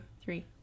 three